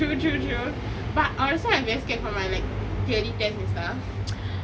true true true but honestly I very scared for my like theory test and stuff